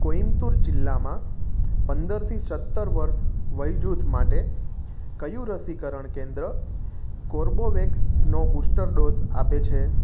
કોઈમ્બતુર જિલ્લામાં પંદરથી સત્તર વર્ષ વયજૂથ માટે ક્યુ રસીકરણ કેન્દ્ર કોર્બેવેક્સનો બુસ્ટર ડોઝ આપે છે